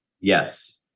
Yes